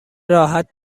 راحت